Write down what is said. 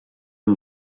amb